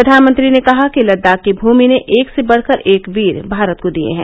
प्रधानमंत्री ने कहा कि लद्दाख की भूमि ने एक से बढ़कर एक वीर भारत को दिये हैं